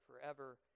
forever